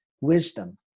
wisdom